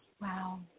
Wow